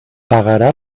pagará